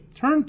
Turn